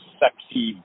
sexy